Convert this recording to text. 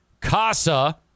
Casa